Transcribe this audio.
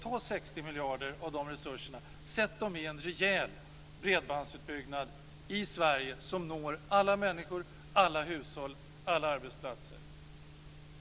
Ta 60 miljarder av de resurserna och sätt dem i en rejäl bredbandsutbyggnad i Sverige som når alla människor, alla hushåll och alla arbetsplatser!